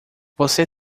você